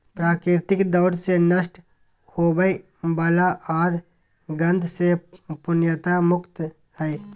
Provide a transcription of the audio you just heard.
प्राकृतिक तौर से नष्ट होवय वला आर गंध से पूर्णतया मुक्त हइ